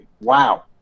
wow